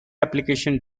application